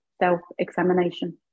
self-examination